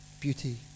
Beauty